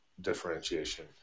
differentiation